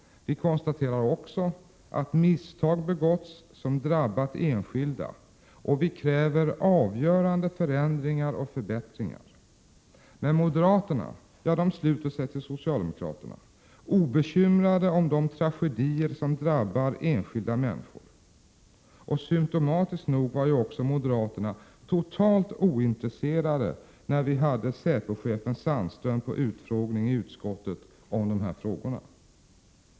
Vi konstaterar också att misstag begåtts som drabbat enskilda, och vi kräver avgörande förändringar och förbättringar. Men moderaterna sluter sig till socialdemokraterna, obekymrade om de tragedier som drabbar enskilda människor. Symtomatiskt nog var också moderaterna totalt ointresserade när vi hade säpochefen Sune Sandström på utfrågning i utskottet om de här frågorna.